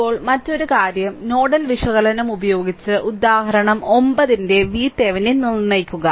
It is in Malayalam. ഇപ്പോൾ മറ്റൊരു കാര്യം നോഡൽ വിശകലനം ഉപയോഗിച്ച് ഉദാഹരണം 9 ന്റെ VThevenin നിർണ്ണയിക്കുക